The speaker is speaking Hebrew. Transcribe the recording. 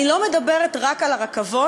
אני לא מדברת רק על הרכבות,